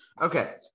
Okay